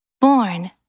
Born